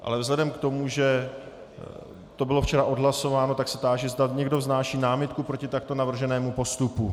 Ale vzhledem k tomu, že to bylo včera odhlasováno, tak se táži, zda někdo vznáší námitku proti takto navrženému postupu.